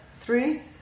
three